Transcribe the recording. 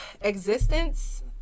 existence